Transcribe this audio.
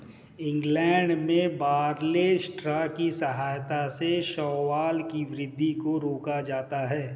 England में barley straw की सहायता से शैवाल की वृद्धि को रोका जाता है